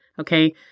Okay